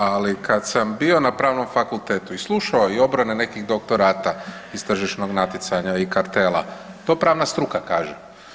Ali kad sam bio na Pravnom fakultetu i slušao i obrane i nekih doktorata iz tržišnog natjecanja i kartela to pravna struka kaže.